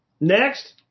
Next